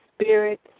Spirit